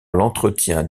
l’entretien